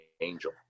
angel